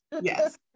Yes